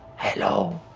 hello.